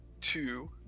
two